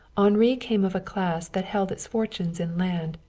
henri came of a class that held its fortunes in land,